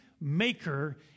maker